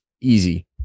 easy